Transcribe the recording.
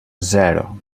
zero